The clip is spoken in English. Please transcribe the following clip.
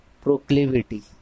Proclivity